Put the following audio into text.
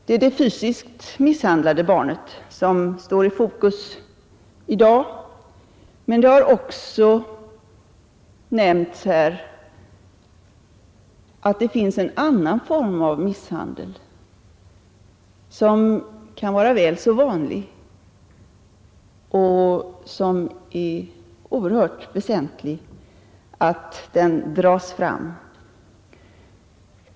Det är det fysiskt misshandlade barnet som står i fokus i dag, men det har också nämnts här att det finns en annan form av misshandel som kan vara väl så vanlig och som det är väsentligt att vi drar fram.